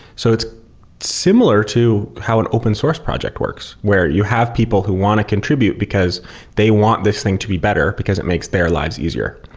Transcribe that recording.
so it's similar to how an open source project works, where you have people who want to contribute because they want this thing to be better, because it makes their lives easier.